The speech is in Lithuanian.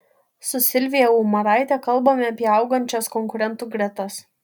su silvija umaraite kalbame apie augančias konkurentų gretas